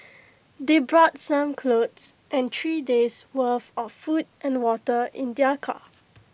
they brought some clothes and three days' worth of food and water in their car